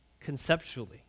conceptually